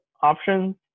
options